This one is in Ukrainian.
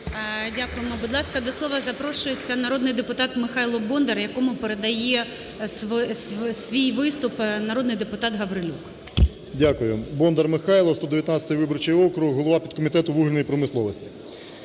Дякуємо. Будь ласка, до слова запрошується народний депутат Михайло Бондар, якому передає свій виступ народний депутат Гаврилюк. 10:13:23 БОНДАР М.Л. Дякую. Бондар Михайло, 119 виборчий округ, голова підкомітету вугільної промисловості.